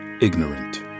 ignorant